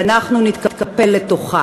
ואנחנו נתקפל לתוכה.